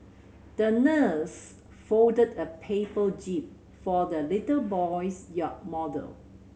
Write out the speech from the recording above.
the nurse folded a paper jib for the little boy's yacht model